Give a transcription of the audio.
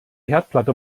herdplatte